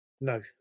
No